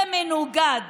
במנוגד